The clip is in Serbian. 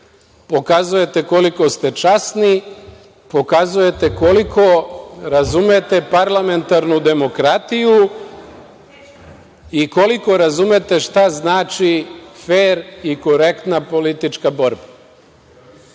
pokazujete koliko ste časni, pokazujete koliko razumete parlamentarnu demokratiju i koliko razumete šta znači fer i korektna politička borba. Vas